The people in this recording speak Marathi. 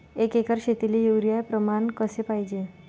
एक एकर शेतीले युरिया प्रमान कसे पाहिजे?